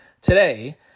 today